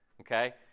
Okay